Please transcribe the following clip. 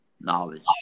knowledge